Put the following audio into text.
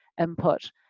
input